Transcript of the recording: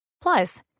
Plus